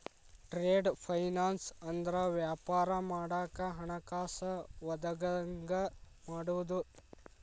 trade finance ಅಂದ್ರ ವ್ಯಾಪಾರ ಮಾಡಾಕ ಹಣಕಾಸ ಒದಗಂಗ ಮಾಡುದು